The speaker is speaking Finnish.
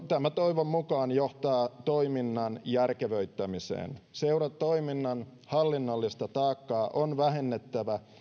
tämä toivon mukaan johtaa toiminnan järkevöittämiseen seuratoiminnan hallinnollista taakkaa on vähennettävä